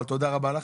אבל תודה רבה לך.